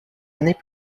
années